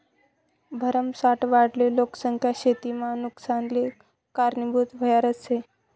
भरमसाठ वाढेल लोकसंख्या शेतीना नुकसानले कारनीभूत व्हनारज शे